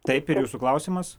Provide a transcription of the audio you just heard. taip ir jūsų klausimas